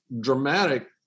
dramatic